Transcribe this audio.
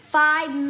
five